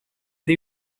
per